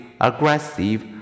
aggressive